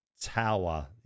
tower